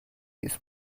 this